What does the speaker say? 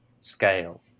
scale